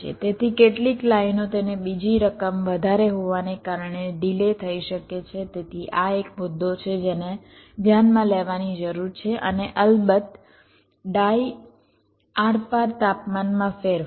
તેથી કેટલીક લાઇનો તેને બીજી રકમ વધારે હોવાના કારણે ડિલે થઈ શકે છે તેથી આ એક મુદ્દો છે જેને ધ્યાનમાં લેવાની જરૂર છે અને અલબત્ત ડાઇ આરપાર તાપમાનમાં ફેરફાર